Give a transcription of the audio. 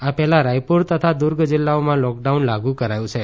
આ પહેલાં રાયપુર તથા દુર્ગ જિલ્લાઓમાં લોકડાઉન લાગુ કરાયું છે